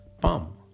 palm